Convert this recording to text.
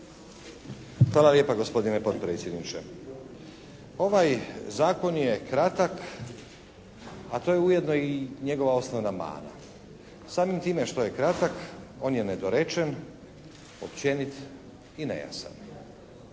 Hvala lijepa, gospodine potpredsjedniče. Ovaj zakon je kratak a to je ujedno i njegova osnovna mana. Samim time što je kratak on je nedorečen, općenit i nejasan.